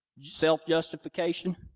Self-justification